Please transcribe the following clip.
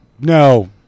No